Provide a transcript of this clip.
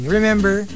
remember